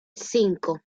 cinco